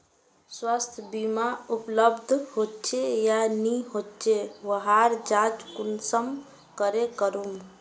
स्वास्थ्य बीमा उपलब्ध होचे या नी होचे वहार जाँच कुंसम करे करूम?